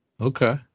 Okay